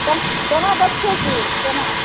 केना दय छी की केना